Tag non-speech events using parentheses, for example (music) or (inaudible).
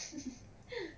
(laughs)